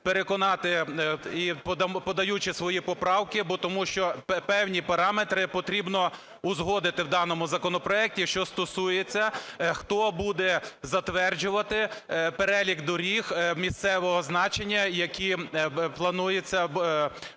переконати, подаючи свої поправки, тому що певні параметри потрібно узгодити в даному законопроекті, що стосуються хто буде затверджувати перелік доріг місцевого значення, які плануються